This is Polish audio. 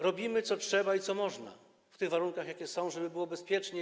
Robimy co trzeba i co można w tych warunkach, jakie są, żeby było bezpiecznie.